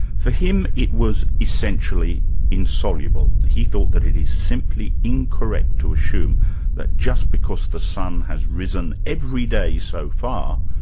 for him, it was essentially insoluble. he thought that it is simply incorrect to assume that just because the sun has risen every day so far,